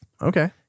Okay